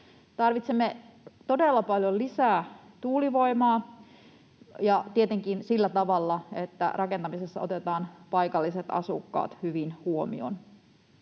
Tarvitsemme todella paljon lisää tuulivoimaa ja tietenkin sillä tavalla, että rakentamisessa otetaan paikalliset asukkaat hyvin huomioon.